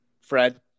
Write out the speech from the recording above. Fred